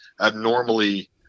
abnormally –